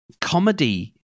comedy